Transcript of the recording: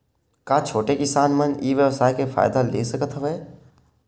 का छोटे किसान मन ई व्यवसाय के फ़ायदा ले सकत हवय?